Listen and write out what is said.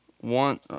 one